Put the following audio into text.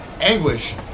Anguish